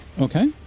Okay